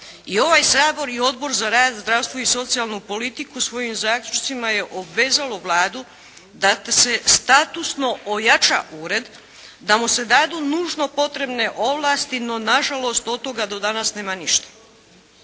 i ovaj Sabor i Odbor za rad, zdravstvo i socijalnu politiku svojim zaključcima je obvezalo Vladu da se statusno ojača ured, da mu se dadu nužno potrebne ovlasti, no na žalost od toga do danas nema ništa.